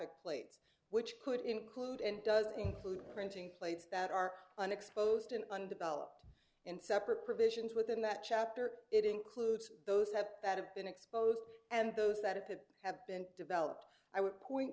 plates which could include and does include printing plates that are unexposed an undeveloped and separate provisions within that chapter it includes those that have been exposed and those that have been developed i would point